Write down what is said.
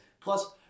Plus